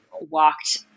walked